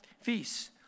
feasts